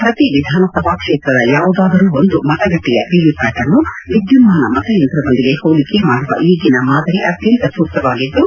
ಪ್ರತಿ ವಿಧಾನಸಭಾ ಕ್ಷೇತ್ರದ ಯಾವುದಾದರೂ ಒಂದು ಮತಗಟ್ಟೆಯ ವಿವಿಪ್ಯಾಟ್ ಅನ್ನು ವಿದ್ಯುನ್ನಾನ ಮತಯಂತ್ರದೊಂದಿಗೆ ಹೋಲಿಕೆ ಮಾಡುವ ಈಗಿನ ಮಾದರಿ ಅತ್ಯಂತ ಸೂಕ್ತವಾಗಿದ್ದು